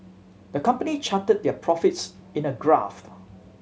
the company charted their profits in a graph